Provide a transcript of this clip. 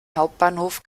hbf